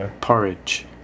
Porridge